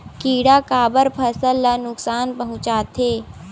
किड़ा काबर फसल ल नुकसान पहुचाथे?